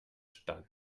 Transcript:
stand